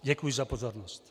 Děkuji za pozornost.